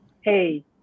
hey